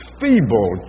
feeble